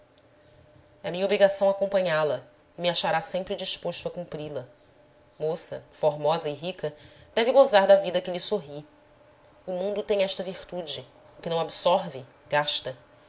é minha obrigação acompanhá-la e me achará sempre disposto a cumpri la moça formosa e rica deve gozar da vida que lhe sorri o mundo tem esta virtude o que não absorve gasta